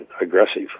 aggressive